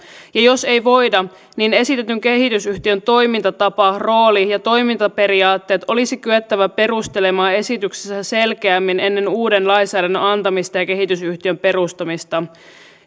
ja jos ei voida niin esitetyn kehitysyhtiön toimintatapa rooli ja toimintaperiaatteet olisi kyettävä perustelemaan esityksessä selkeämmin ennen uuden lainsäädännön antamista ja kehitysyhtiön perustamista